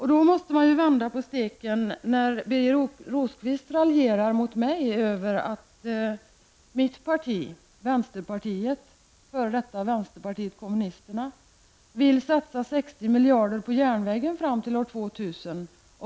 Man måste vända på steken när Birger Rosqvist raljerar mot mig över att mitt parti, f.d. miljarder på järnvägen fram till år 2000.